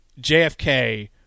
jfk